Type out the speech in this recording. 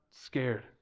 scared